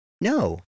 No